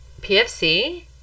PFC